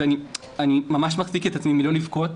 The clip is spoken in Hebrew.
אני ממש מחזיק את עצמי לא לבכות.